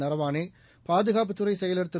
நரவனே பாதுகாப்புத் துறைசெயலர் திரு